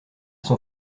son